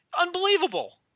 Unbelievable